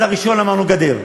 אז הראשון, אמרנו, גדר.